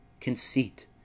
Conceit